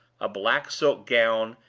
a black silk gown,